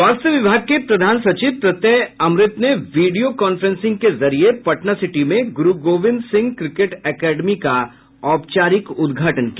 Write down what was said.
स्वास्थ्य विभाग के प्रधान सचिव प्रत्यय अमृत ने विडियो कांफ्रेंसिंग के जरिए पटनासिटी में गुरू गोविंद सिंह क्रिकेट एकेडमी का औपचारिक उद्घाटन किया